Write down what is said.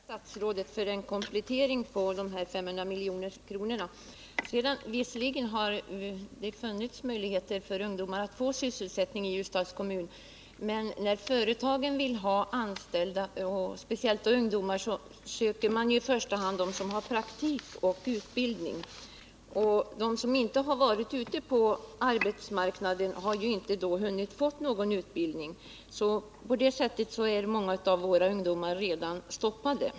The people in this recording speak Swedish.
Fru talman! Jag vill först tacka statsrådet för kompletteringen angående de 500 miljonerna. Visserligen har det funnits möjligheter för ungdomar att få sysselsättning i Ljusdals kommun, men när företagen vill anställa personer — speciellt då det gäller ungdomar — söker de i första hand sådana som har praktik och utbildning. De som inte har varit ute på arbetsmarknaden har ju inte hunnit få någon praktik, och på det sättet är många av våra ungdomar redan stoppade.